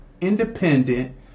independent